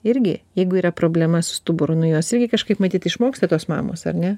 irgi jeigu yra problema su stuburu nu jos irgi kažkaip matyt išmoksta tos mamos ar ne